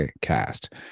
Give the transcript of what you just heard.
cast